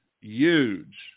huge